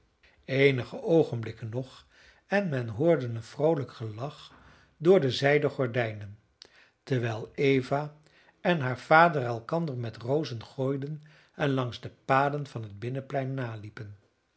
eenige oogenblikken nog en men hoorde een vroolijk gelach door de zijden gordijnen terwijl eva en haar vader elkander met rozen gooiden en langs de paden van het binnenplein naliepen